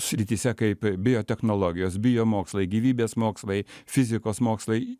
srityse kaip biotechnologijos biomokslai gyvybės mokslai fizikos mokslai